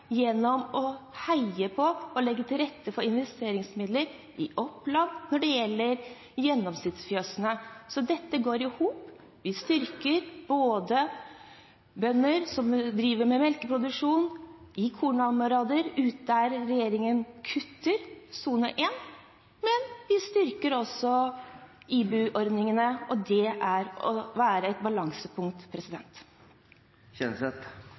gjennom å heie på og legge til rette for investeringsmidler – i Oppland – når det gjelder gjennomsnittsfjøsene. Så dette går i hop. Vi styrker bønder som driver med melkeproduksjon i kornområder der regjeringen kutter, i sone 1, men vi styrker også IBU-midlene. Det er å ha et balansepunkt.